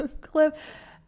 Cliff